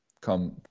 come